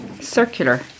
circular